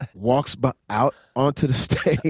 and walks but out onto the stage